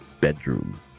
bedroom